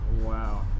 wow